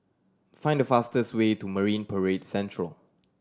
find the fastest way to Marine Parade Central